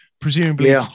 presumably